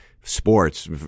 sports